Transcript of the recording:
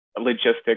logistics